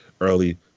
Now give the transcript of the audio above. early